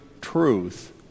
truth